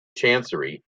chancery